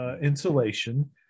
insulation